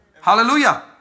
hallelujah